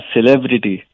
Celebrity